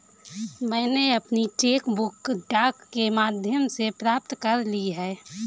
मैनें अपनी cheque book डाक के माध्यम से प्राप्त कर ली है